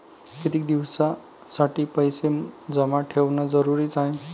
कितीक दिसासाठी पैसे जमा ठेवणं जरुरीच हाय?